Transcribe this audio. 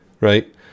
right